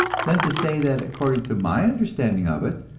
than to say that according to my understanding of it,